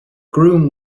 groom